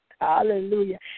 Hallelujah